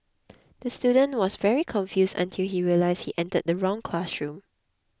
the student was very confused until he realised he entered the wrong classroom